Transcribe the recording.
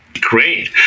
Great